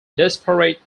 disparate